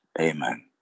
Amen